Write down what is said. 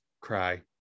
cry